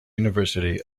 university